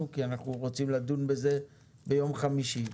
כי אנחנו רוצים לדון בזה ביום חמישי.